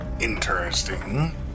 Interesting